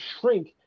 shrink